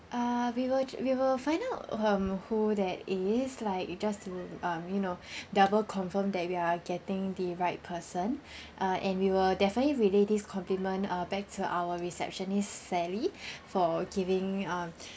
uh we will we will find out um who that is like we just to um you know double confirm that we are getting the right person uh and we will definitely relay this compliment uh back to our receptionist sally for giving um